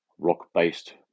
Rock-based